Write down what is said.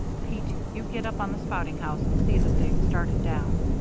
pete, you get up on the spouting house and see that they're started down.